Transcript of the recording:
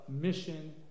mission